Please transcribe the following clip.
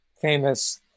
famous